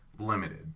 limited